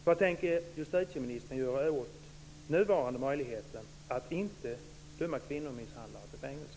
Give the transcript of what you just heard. Vad tänker justitieministern göra åt nuvarande möjlighet att inte döma kvinnomisshandlare till fängelse?